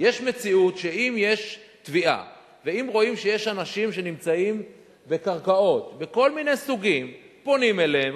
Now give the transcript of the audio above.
זה שאתם רואים שמינהל מקרקעי ישראל החליט לתבוע מישהו,